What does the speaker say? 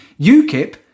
UKIP